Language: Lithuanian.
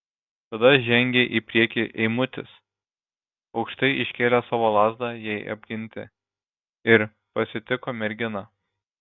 tada žengė į priekį eimutis aukštai iškėlęs savo lazdą jai apginti ir pasitiko merginą